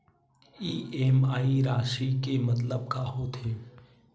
EMI राशि के मतलब का होथे?